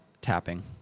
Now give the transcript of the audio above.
tapping